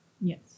Yes